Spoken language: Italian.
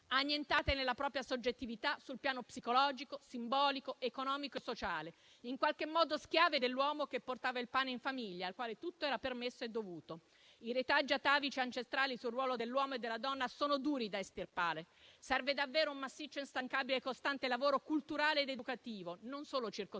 annientate nella propria soggettività sul piano psicologico, simbolico, economico e sociale, in qualche modo schiave dell'uomo che portava il pane in famiglia al quale tutto era permesso e dovuto. I retaggi atavici e ancestrali sul ruolo dell'uomo e della donna sono duri da estirpare: serve davvero un massiccio, instancabile e costante lavoro culturale ed educativo, non solo circoscritto agli